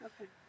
Okay